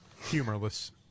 Humorless